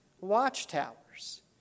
watchtowers